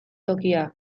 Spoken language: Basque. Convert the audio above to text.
tokia